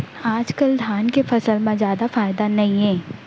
आजकाल धान के फसल म जादा फायदा नइये